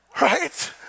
right